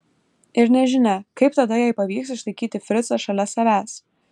ir nežinia kaip tada jai pavyks išlaikyti fricą šalia savęs